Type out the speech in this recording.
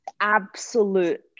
absolute